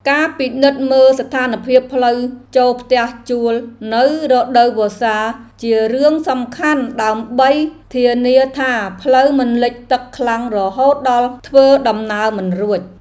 ការពិនិត្យមើលស្ថានភាពផ្លូវចូលផ្ទះជួលនៅរដូវវស្សាជារឿងសំខាន់ដើម្បីធានាថាផ្លូវមិនលិចទឹកខ្លាំងរហូតដល់ធ្វើដំណើរមិនរួច។